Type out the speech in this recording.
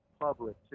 public